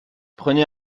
prenez